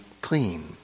clean